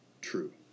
true